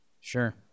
Sure